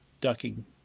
ducking